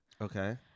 Okay